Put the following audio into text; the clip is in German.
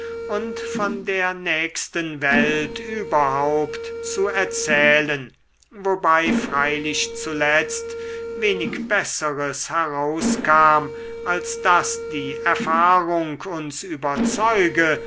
und von der nächsten welt überhaupt zu erzählen wobei freilich zuletzt wenig besseres herauskam als daß die erfahrung uns überzeuge